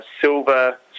silver